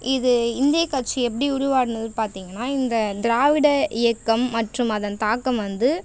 இது இந்தியக் கட்சி எப்படி உருவானதுன்னு பார்த்தீங்கன்னா இந்த திராவிட இயக்கம் மற்றும் அதன் தாக்கம் வந்து